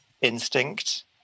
instinct